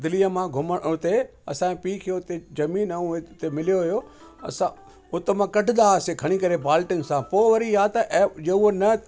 दिलीअ मां घुमणु उते असांजे पीउ खे ज़मीन उते ज़मीन ऐं हिते मिलियो हुयो असां उतमां कढंदा हुआसीं खणी करे बाल्टियुनि सां पोइ वरी या त जे उहो न